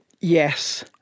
yes